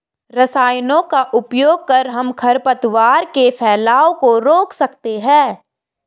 रसायनों का उपयोग कर हम खरपतवार के फैलाव को रोक सकते हैं